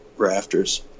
rafters